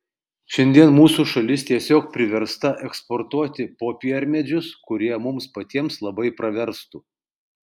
šiandien mūsų šalis tiesiog priversta eksportuoti popiermedžius kurie mums patiems labai praverstų